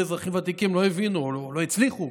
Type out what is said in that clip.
אזרחים ותיקים לא הבינו או לא הצליחו